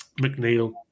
McNeil